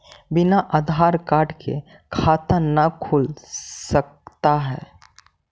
बिना आधार कार्ड के खाता न खुल सकता है?